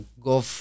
go